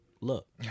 Look